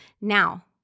Now